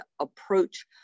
approach